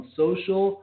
social